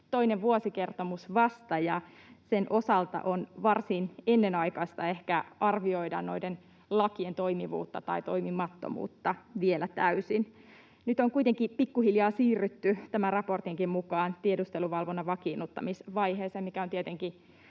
toinen vuosikertomus, ja sen osalta on varsin ennenaikaista ehkä arvioida noiden lakien toimivuutta tai toimimattomuutta vielä täysin. Nyt on kuitenkin pikkuhiljaa siirrytty tämän raportinkin mukaan tiedusteluvalvonnan vakiinnuttamisvaiheeseen, mikä on tietenkin